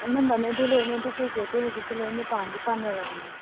ꯑꯅꯝꯕꯅꯗꯤ ꯂꯣꯏꯅꯗꯤ ꯄ꯭ꯔꯤꯄꯦꯗꯇꯤ ꯍꯧꯖꯤꯛꯇꯤ ꯂꯣꯏꯅ ꯄꯥꯟꯗꯤ ꯄꯥꯟꯅꯔꯕꯅꯤ